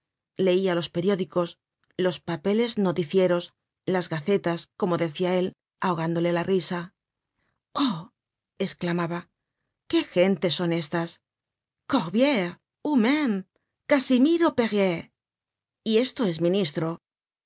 leia los periódicos los papeles noticieros las gacetas como decia él ahogándole la risa oh csclamaba qué gentes son estas corbiere humaim casimiro perier y eslo es